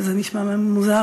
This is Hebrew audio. שזה נשמע מוזר,